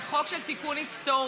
זה חוק של תיקון היסטורי,